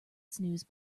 snooze